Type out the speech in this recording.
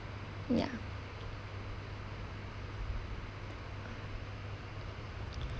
ya